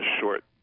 short